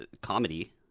comedy